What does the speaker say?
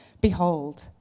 Behold